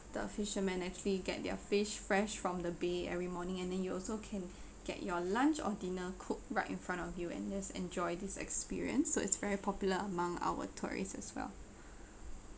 the fishermen actually get their fish fresh from the bay every morning and then you also can get your lunch or dinner cook right in front of you and just enjoy this experience so it's very popular among our tourists as well